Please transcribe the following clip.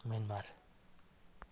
Myanmar